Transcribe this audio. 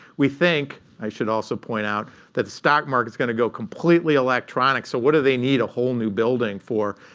we think, i should also point out, that the stock market's going to go completely electronic, so what do they need a whole new building for?